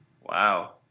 Wow